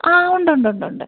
ആ ഉണ്ട് ഉണ്ട് ഉണ്ട് ഉണ്ട്